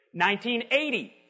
1980